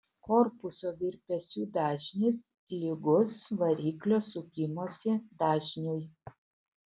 korpuso virpesių dažnis lygus variklio sukimosi dažniui